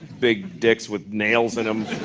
big dicks with nails in them.